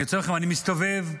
אני מסתובב,